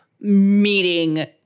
meeting